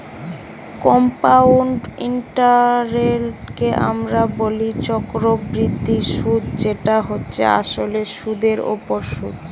compound ইন্টারেস্টকে আমরা বলি চক্রবৃদ্ধি সুধ যেটা হচ্ছে আসলে সুধের ওপর সুধ